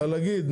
אלא להגיד,